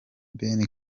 ben